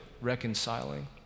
reconciling